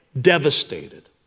devastated